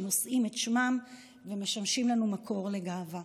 שנושאים את שמם ומשמשים לנו מקור לגאווה.